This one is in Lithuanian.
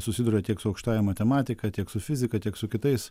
susiduria tiek su aukštąja matematika tiek su fizika tiek su kitais